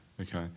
Okay